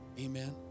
Amen